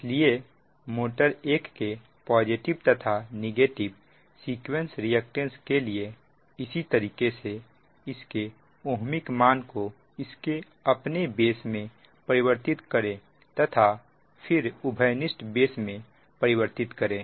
इसलिए मोटर 1 के पॉजिटिव तथा नेगेटिव सीक्वेंस रिएक्टेंस के लिए इसी तरीके से इसके ओह्मिक मान को इसके अपने बेस में परिवर्तित करें तथा फिर उभयनिष्ठ बेस में परिवर्तित करें